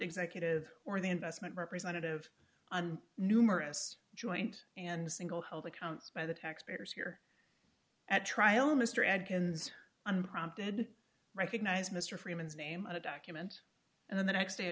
executive or the investment representative on numerous joint and single held accounts by the taxpayers here at trial mr adkins unprompted recognize mr freeman's name on a document and then the next day a